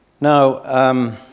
Now